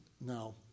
now